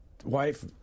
Wife